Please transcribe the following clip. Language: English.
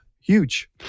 huge